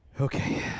Okay